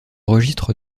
registre